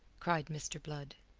cried mr. blood.